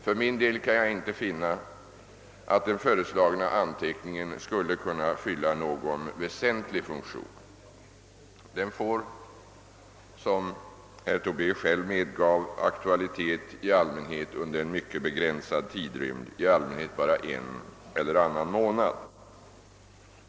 För min del kan jag inte finna att den föreslagna anteckningen skulle kunna fylla någon väsentlig funktion. Den får, såsom herr Tobé själv medgav, i allmänhet aktualitet under en mycket begränsad tidrymd, i de flesta fall bara under en eller annan månad.